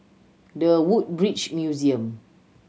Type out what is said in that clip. The Woodbridge Museum